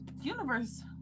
universe